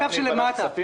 שלמטה.